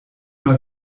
mal